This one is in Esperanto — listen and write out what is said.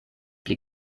pli